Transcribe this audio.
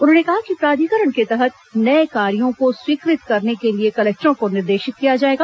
उन्होंने कहा कि प्राधिकरण के तहत नये कार्यो को स्वीकृत करने के लिए कलेक्टरों को निर्देशित किया जाएगा